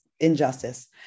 Injustice